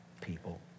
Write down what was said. people